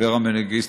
אברה מנגיסטו,